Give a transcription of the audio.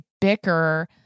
bicker